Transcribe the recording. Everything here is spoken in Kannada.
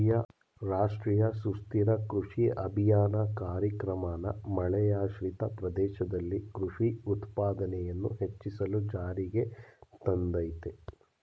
ರಾಷ್ಟ್ರೀಯ ಸುಸ್ಥಿರ ಕೃಷಿ ಅಭಿಯಾನ ಕಾರ್ಯಕ್ರಮನ ಮಳೆಯಾಶ್ರಿತ ಪ್ರದೇಶದಲ್ಲಿ ಕೃಷಿ ಉತ್ಪಾದನೆಯನ್ನು ಹೆಚ್ಚಿಸಲು ಜಾರಿಗೆ ತಂದಯ್ತೆ